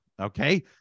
Okay